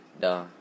Duh